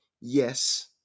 yes